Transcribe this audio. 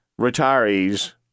retirees